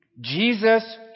Jesus